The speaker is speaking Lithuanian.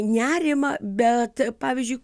nerimą bet pavyzdžiui